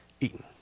eaten